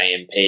AMP